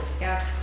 Yes